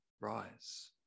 rise